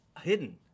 hidden